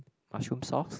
mushroom sauce